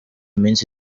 iminsi